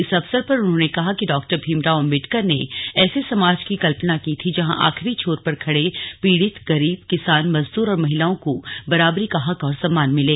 इस अवसर पर उन्होंने कहा कि डॉ भीमराव अंबेडकर ने ऐसे समाज की कल्पना की थी जहां आखिरी छोर पर खड़े पीड़ित गरीब किसान मजदूर और महिलाओं को बराबरी का हक और सम्मान मिले